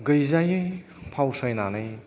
गैजायै फावसायनानै